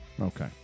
Okay